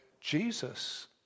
Jesus